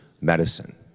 medicine